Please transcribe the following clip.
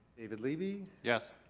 david lieby. yes.